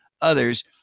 others